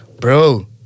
Bro